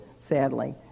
sadly